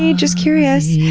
yeah just curious,